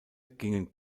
gingen